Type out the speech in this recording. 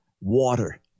water